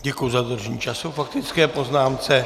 Děkuji za dodržení času k faktické poznámce.